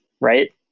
right